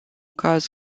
caz